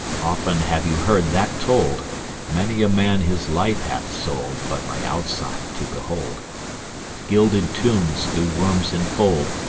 often have you heard that told many a man his life hath sold but my outside to behold gilded tombs do worms infold.